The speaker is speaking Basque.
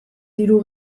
diru